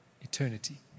eternity